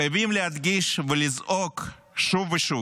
חייבים להדגיש ולזעוק שוב ושוב: